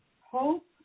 hope